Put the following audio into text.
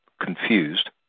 confused